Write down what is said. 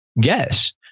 guess